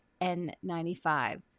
N95